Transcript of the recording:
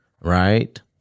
right